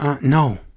No